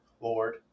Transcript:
Lord